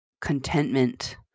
contentment